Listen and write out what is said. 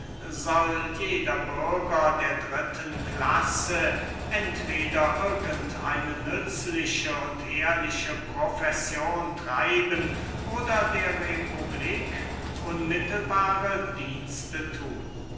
jeder bürger der dritten klasse entweder irgend eine nützliche und ehrliche profession treiben oder der republik unmittelbare dienste thun